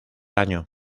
año